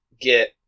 get